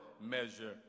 measure